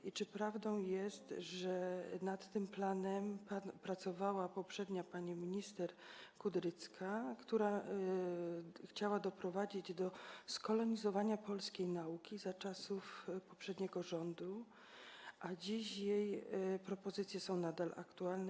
I czy prawdą jest, że nad tym planem pracowała poprzednia pani minister, minister Kudrycka, która chciała doprowadzić do skolonizowania polskiej nauki za czasów poprzedniego rządu, a dziś jej propozycje są nadal aktualne?